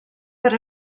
per